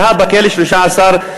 שהה בכלא 13 שנים.